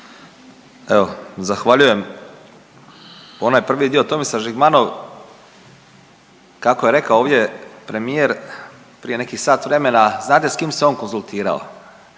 Evo, zahvaljujem. Onaj prvi dio Tomislav Žigmanov kako je rekao ovdje premijer prije nekih sat vremena, znate s kim se on konzultirao,